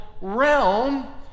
realm